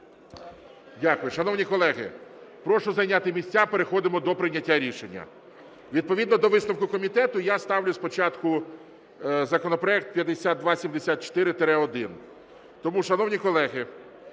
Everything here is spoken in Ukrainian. Дякую. Шановні колеги, прошу зайняти місця. Переходимо до прийняття рішення. Відповідно до висновку комітету я ставлю спочатку законопроект 5274-1. Тому, шановні колеги,